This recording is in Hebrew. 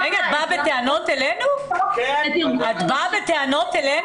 את באה אלינו בטענות?